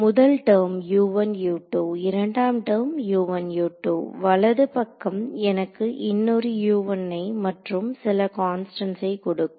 முதல் டெர்ம் இரண்டாம் டெர்ம் வலதுகைப் பக்கம் எனக்கு இன்னொரு ஐ மற்றும் சில கான்ஸ்டன்ஸ் கொடுக்கும்